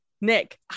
Nick